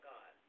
God